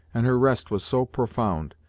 and her rest was so profound,